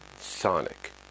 Sonic